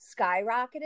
skyrocketed